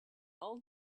all